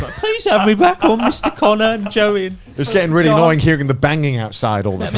please yeah have me back on mr connor, joey. it was getting really annoying hearing the banging outside all the and